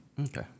Okay